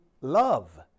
love